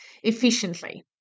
efficiently